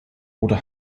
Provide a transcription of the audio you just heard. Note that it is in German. oder